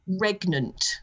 regnant